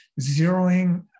Zeroing